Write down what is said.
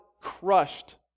crushed